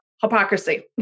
Hypocrisy